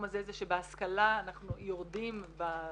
הזה זה שבהשכלה אנחנו יורדים בסגרגציה.